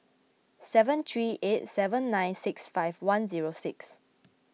seven three eight seven nine six five one zero six